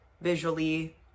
visually